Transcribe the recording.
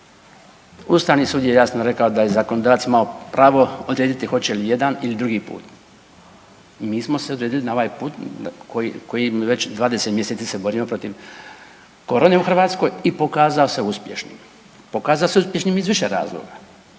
Ustavni sud je jasno rekao da je zakonodavac imao pravo odrediti hoće li jedan ili drugi put. I mi smo se odredili na ovaj put kojim već 20 mjeseci se borimo protiv korone u Hrvatskoj i pokazao se uspješnim. Pokazao se uspješnim iz više razloga.